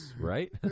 right